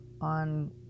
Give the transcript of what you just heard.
on